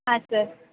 ಹಾಂ ಸರ್